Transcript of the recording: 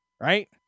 Right